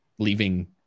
Leaving